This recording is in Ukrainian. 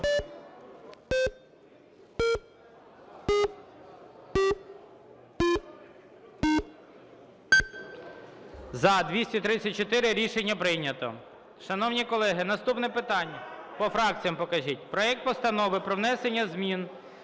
За-234 Рішення прийнято. Шановні колеги, наступне питання. По фракціям покажіть. Проект Постанови про внесення змін